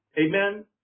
Amen